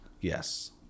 Yes